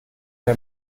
der